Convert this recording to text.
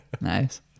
Nice